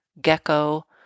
gecko